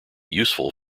useful